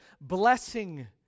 blessing